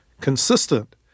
consistent